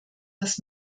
das